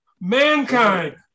Mankind